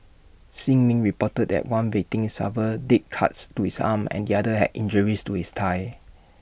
shin min reported that one victim suffered deep cuts to his arm and the other had injuries to his thigh